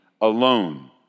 alone